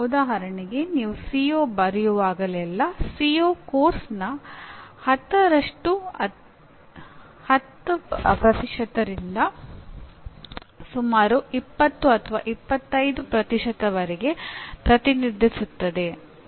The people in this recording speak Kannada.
ಉದಾಹರಣೆಗೆ ನೀವು ಸಿಒ ಬರೆಯುವಾಗಲೆಲ್ಲಾ ಸಿಒ ಕೋರ್ಸ್ನ 10 ರಿಂದ ಸುಮಾರು 20 25 ವರೆಗೆ ಪ್ರತಿನಿಧಿಸುತ್ತದೆ